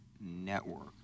Network